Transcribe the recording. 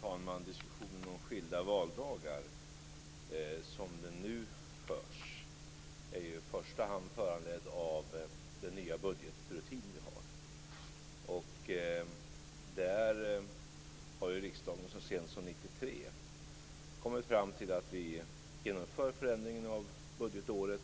Fru talman! Diskussionen om skilda valdagar som den nu förs är i första hand föranledd av den nya budgetrutin vi har. Riksdagen har så sent som 1993 kommit fram till att vi genomför förändringen av budgetåret